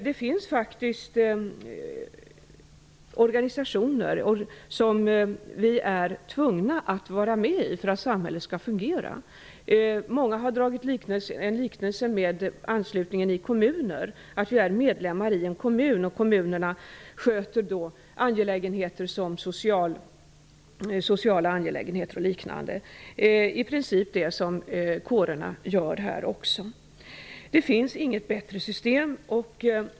Det finns faktiskt organisationer som vi är tvungna att vara med i för att samhället skall fungera. Många har gjort en liknelse med anslutningen i kommuner, att vi är medlemmar i en kommun. Kommunerna sköter sociala angelägenheter och liknande. Det är i princip det kårerna gör här också. Det finns inget bättre system.